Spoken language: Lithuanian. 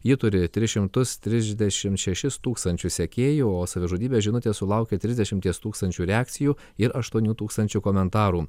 ji turi tris šimtus triždešimt šešis tūkstančius sekėjų o savižudybės žinutė sulaukė trisdešimties tūkstančių reakcijų ir aštuonių tūkstančių komentarų